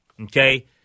Okay